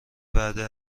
وعده